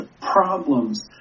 problems